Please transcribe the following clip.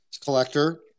collector